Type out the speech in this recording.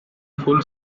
full